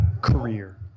career